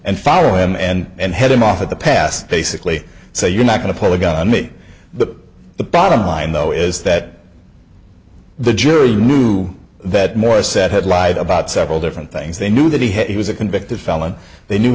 and follow him and head him off at the pass basically say you're not going to pull a gun on me but the bottom line though is that the jury knew that morris said had lied about several different things they knew that he had he was a convicted felon they knew